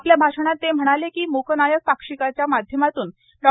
आपल्या भाषणात ते म्हणाले की मुकनायक पाक्षिकाच्या माध्यमातून डॉ